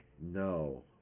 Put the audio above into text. no